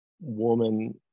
woman